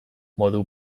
modu